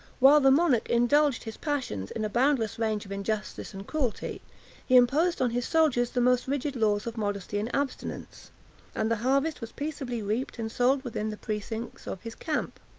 while the monarch indulged his passions in a boundless range of injustice and cruelty, he imposed on his soldiers the most rigid laws of modesty and abstinence and the harvest was peaceably reaped and sold within the precincts of his camp.